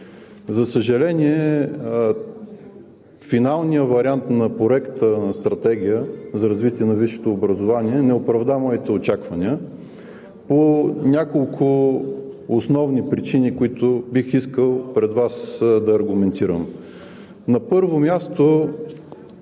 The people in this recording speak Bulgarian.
За съжаление, финалният вариант на Проекта на стратегия за развитие на висшето образование не оправда моите очаквания по няколко основни причини, които бих искал да аргументирам пред Вас. На първо място